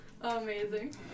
Amazing